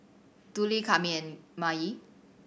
Dudley Kami and Maye